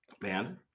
Band